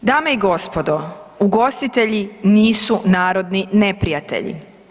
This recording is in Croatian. Dame i gospodo, ugostitelji nisu narodni neprijatelji.